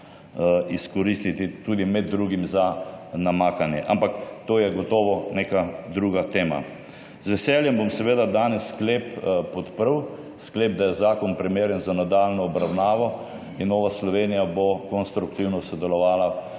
izkoristiti med drugim tudi za namakanje. Ampak to je gotovo neka druga tema. Z veseljem bom danes sklep, da je zakon primeren za nadaljnjo obravnavo, podprl. Nova Slovenija bo konstruktivno sodelovala